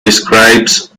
describes